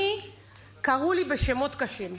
קראו לי בשמות קשים.